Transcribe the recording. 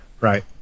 Right